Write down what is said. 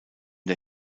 der